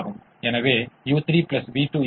எனவே இந்த 66 உகந்ததாக இல்லாவிட்டால்